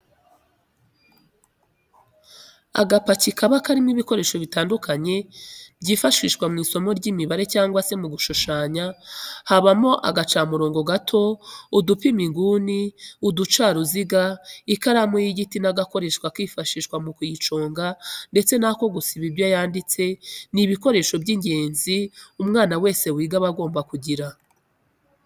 Agapaki kabamo ibikoresho bitandukanye byifashishwa mw'isomo ry'imibare cyangwa se mu gushushanya habamo agacamurongo gato, udupima inguni, uducaruziga ,ikaramu y'igiti n'agakoresho kifashishwa mu kuyiconga ndetse n'ako gusiba ibyo yanditse, ni ibikoresho by'ingenzi umwana wese wiga aba agomba kugira.